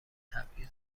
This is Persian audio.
تبعیض